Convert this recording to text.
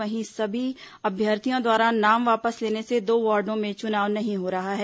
वहीं सभी अभ्यर्थियों द्वारा नाम वापस लेने से दो वार्डो में चुनाव नहीं हो रहा है